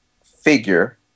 figure